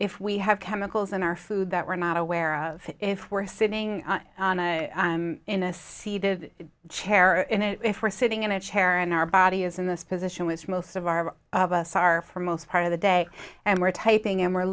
if we have chemicals in our food that we're not aware if we're sitting in a sea the chair and if we're sitting in a chair and our body is in this position was most of our of us are for most part of the day and we're typing and we're